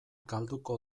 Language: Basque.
galduko